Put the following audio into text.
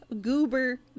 Goober